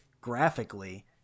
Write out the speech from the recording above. graphically